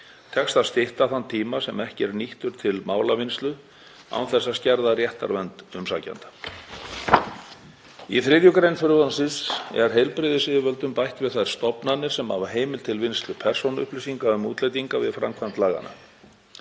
tekst að stytta þann tíma sem ekki er nýttur til málavinnslu án þess að skerða réttarvernd umsækjenda. Í 3. gr. frumvarpsins er heilbrigðisyfirvöldum bætt við þær stofnanir sem hafa heimild til vinnslu persónuupplýsinga um útlendinga við framkvæmd laganna.